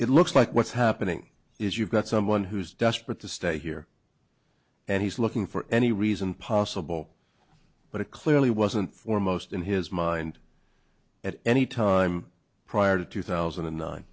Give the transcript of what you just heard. it looks like what's happening is you've got someone who's desperate to stay here and he's looking for any reason possible but it clearly wasn't foremost in his mind at any time prior to two thousand and nine